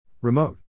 Remote